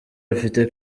bafite